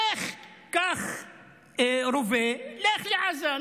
לך, קח רובה ולך לעזה.